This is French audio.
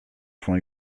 font